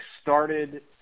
started